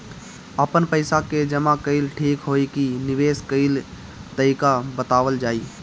आपन पइसा के जमा कइल ठीक होई की निवेस कइल तइका बतावल जाई?